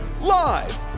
Live